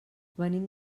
venim